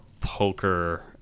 poker